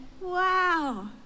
wow